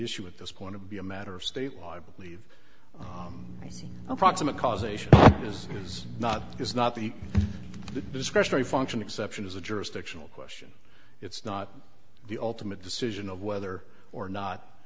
issue at this point to be a matter of state law i believe the proximate causation just is not is not the discretionary function exception is a jurisdictional question it's not the ultimate decision of whether or not